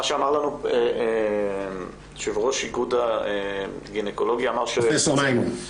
מה שאמר לנו יושב-ראש איגוד הגניקולוגיה -- פרופ' מימון.